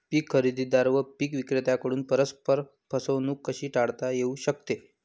पीक खरेदीदार व पीक विक्रेत्यांकडून परस्पर फसवणूक कशी टाळता येऊ शकते?